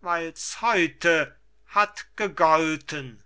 weils heute hat gegolten